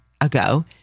ago